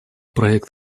проект